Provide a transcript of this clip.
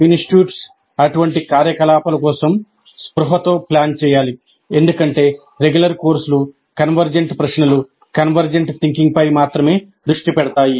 institutes అటువంటి కార్యకలాపాల కోసం స్పృహతో ప్లాన్ చేయాలి ఎందుకంటే రెగ్యులర్ కోర్సులు కన్వర్జెంట్ ప్రశ్నలు కన్వర్జెంట్ థింకింగ్పై మాత్రమే దృష్టి పెడతాయి